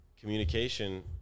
communication